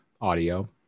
audio